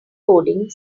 coding